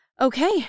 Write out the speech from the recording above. okay